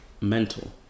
mental